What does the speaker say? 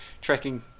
tracking